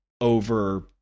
over